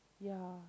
ya